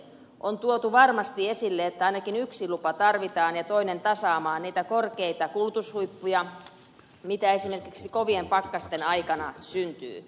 on tuotu varmasti esille että ainakin yksi lupa tarvitaan ja toinen tasaamaan niitä korkeita kulutushuippuja joita esimerkiksi kovien pakkasten aikana syntyy